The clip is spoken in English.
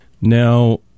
Now